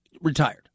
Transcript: retired